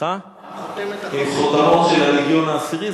עם חותמות של הלגיון העשירי.